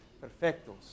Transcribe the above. perfectos